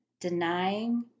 denying